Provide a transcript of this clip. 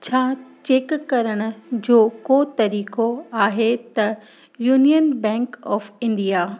छा चेक करण जो को तरीक़ो आहे त यूनियन बैंक ऑफ़ इंडिया